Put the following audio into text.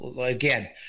again